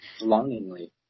longingly